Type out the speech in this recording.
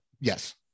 Yes